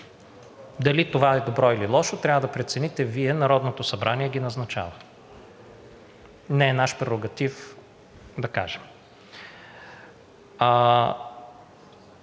Дали това е добро, или лошо трябва да прецените Вие. Народното събрание ги назначава – не е наш прерогатив да кажем.